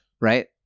right